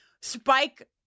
Spike